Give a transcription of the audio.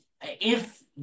if-